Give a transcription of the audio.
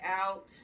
out